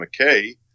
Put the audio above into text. McKay